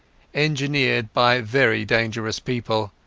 engineered by very dangerous people.